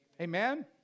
Amen